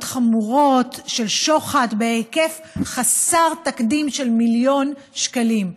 חמורות של שוחד בהיקף חסר תקדים של מיליון שקלים,